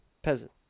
Peasant